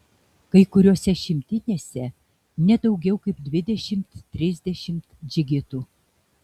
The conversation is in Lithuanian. kai kuriose šimtinėse ne daugiau kaip dvidešimt trisdešimt džigitų